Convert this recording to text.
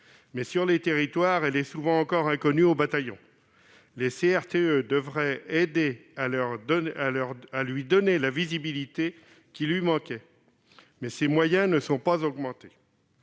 mais sur les territoires, elle est souvent encore inconnue au bataillon. Les CRTE devraient aider à lui donner la visibilité qui lui manquait. Mais ses moyens ne sont pas augmentés